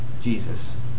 Jesus